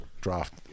draft